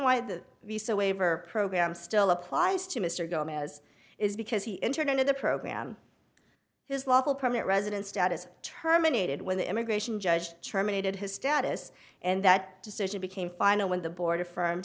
why the the so waiver program still applies to mr gomez is because he entered into the program his lawful permanent resident status terminated when the immigration judge terminated his status and that decision became final when the border firmed